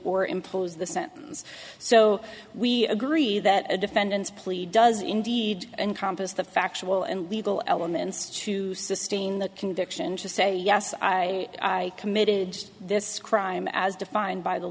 or implies the sentence so we agree that a defendant's plea does indeed encompass the factual and legal elements to sustain the conviction to say yes i committed this crime as defined by the